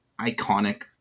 iconic